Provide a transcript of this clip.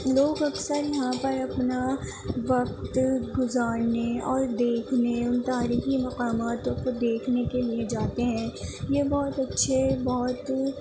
لوگ اکثر یہاں پر اپنا وقت گذارنے اور دیکھنے تاریخی مقاماتوں کو دیکھنے کے لیے جاتے ہیں یہ بہت اچھے بہت